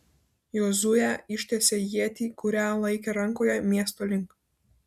jozuė ištiesė ietį kurią laikė rankoje miesto link